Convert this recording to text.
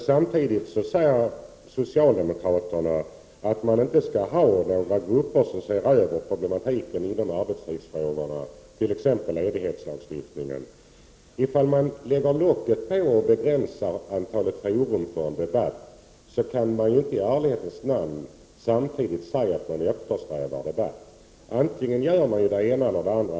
Samtidigt säger socialdemokraterna att man inte skall ha några grupper som ser över problemen med arbetstidsfrågorna, t.ex. ledighetslagstiftningen. Om man lägger locket på och begränsar antalet fora för en debatt, kan man i ärlighetens namn inte samtidigt säga att man eftersträvar debatt — antingen gör man det ena eller det andra.